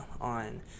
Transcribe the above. on